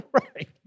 Right